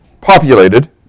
populated